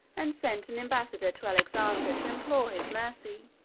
and sent an embassador to alexander to implore his mercy.